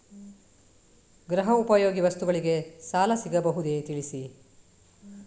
ಗೃಹ ಉಪಯೋಗಿ ವಸ್ತುಗಳಿಗೆ ಸಾಲ ಸಿಗುವುದೇ ತಿಳಿಸಿ?